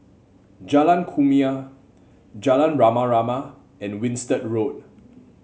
Jalan Kumia Jalan Rama Rama and Winstedt Road